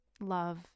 love